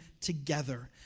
together